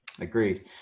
Agreed